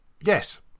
Yes